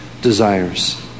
desires